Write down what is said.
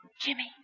Jimmy